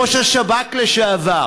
ראש השב"כ לשעבר,